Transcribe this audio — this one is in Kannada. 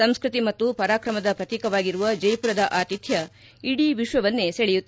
ಸಂಸ್ಟತಿ ಮತ್ತು ಪರಾಕ್ರಮದ ಪ್ರತೀಕವಾಗಿರುವ ಜೈಮರದ ಆತಿಥ್ಕ ಇಡೀ ವಿಶ್ವವನ್ನೇ ಸೆಳೆಯುತ್ತಿದೆ